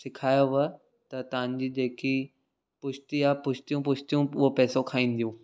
सिखायव त तव्हांजी जेकी पुश्ती आहे पुश्तियूं पुश्तियूं उहो पैसो खाईंदियूं